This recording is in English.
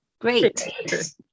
Great